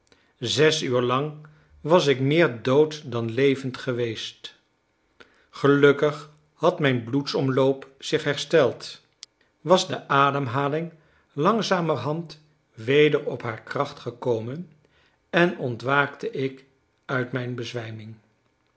zes uur lang was ik meer dood dan levend geweest gelukkig had mijn bloedsomloop zich hersteld was de ademhaling langzamerhand weder op haar kracht gekomen en ontwaakte ik uit mijn bezwijming